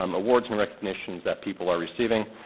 um awards and recognitions that people are receiving,